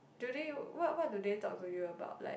do they what what do they talk to you about like